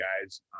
guys